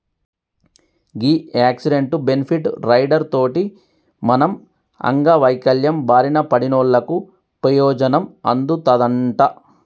గీ accident, benefit rider తోటి మనం అంగవైవల్యం బారిన పడినోళ్ళకు పెయోజనం అందుతదంట